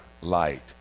light